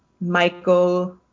Michael